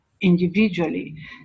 individually